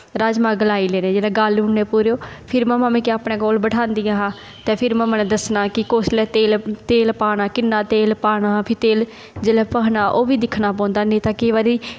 राजमांह् गलाई लैने जेल्लै गाल्ली ओड़ने पूरे ओह् फिर मम्मा मिगी अपने कोल बठांहदी हियां ते फिर मम्मा ने दस्सना कि कुसलै तेल तेल पाना किन्ना तेल पाना फ्ही तेल जेल्लै पाना ओह् बी दिक्खना पौंदा नेईं तां केईं बारी